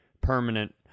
permanent